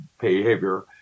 behavior